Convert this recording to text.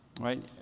right